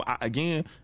again